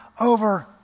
over